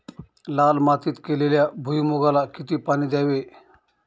लाल मातीत केलेल्या भुईमूगाला किती पाणी द्यावे?